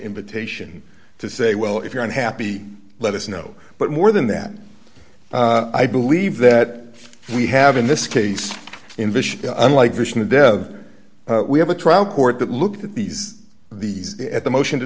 invitation to say well if you're unhappy let us know but more than that i believe that we have in this case in vision unlike vision and then we have a trial court that looked at these these at the motion to